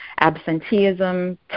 absenteeism